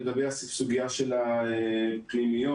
לגבי הסוגיה של הפנימיות.